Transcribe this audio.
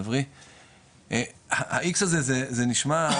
ה-X הזה זה נשמע,